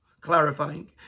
clarifying